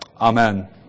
Amen